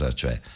cioè